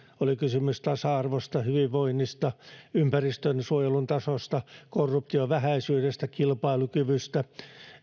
oli kysymys tasa arvosta hyvinvoinnista ympäristönsuojelun tasosta korruption vähäisyydestä kilpailukyvystä